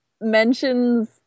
mentions